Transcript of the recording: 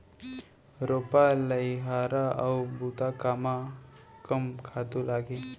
रोपा, लइहरा अऊ बुता कामा कम खातू लागही?